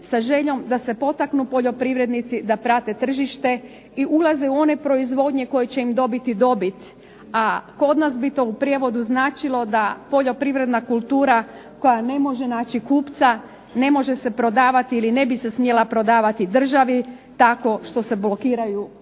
sa željom da se potaknu poljoprivrednici da prate tržište i ulaze u one proizvodnje koje će im dobiti dobit, a kod nas bi to u prijevodu značilo da poljoprivredna kultura koja ne može naći kupca ne može se prodavati ili ne bi se smjela prodavati državi tako što se blokiraju